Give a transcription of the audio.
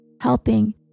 helping